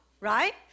right